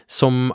som